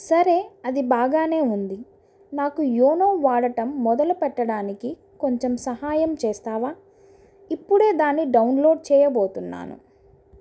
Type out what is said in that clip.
సరే అది బాగానే ఉంది నాకు యోనో వాడటం మొదలుపెట్టడానికి కొంచెం సహాయం చేస్తావా ఇప్పుడే దాన్ని డౌన్లోడ్ చేయబోతున్నాను